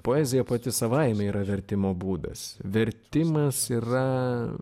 poezija pati savaime yra vertimo būdas vertimas yra